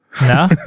No